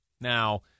Now